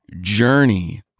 journey